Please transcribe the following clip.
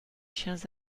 chiens